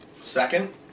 second